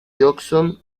jackson